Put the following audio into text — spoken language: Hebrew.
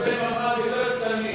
יש הרבה ממ"ד יותר קטנים.